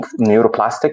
neuroplastic